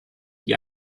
die